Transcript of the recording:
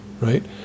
right